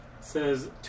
says